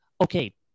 okay